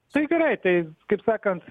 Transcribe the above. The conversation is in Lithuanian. tai gerai tai kaip sakant